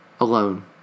alone